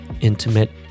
intimate